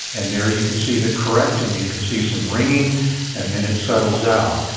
and there you can see the correct and you can see some ringing and then it settles out.